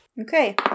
Okay